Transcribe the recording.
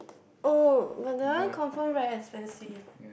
oh but that one confirm very expensive